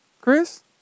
Chris